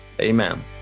Amen